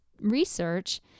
research